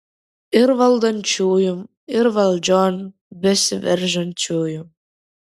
ir valdančiųjų ir valdžion besiveržiančiųjų